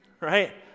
right